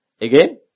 Again